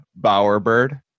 Bowerbird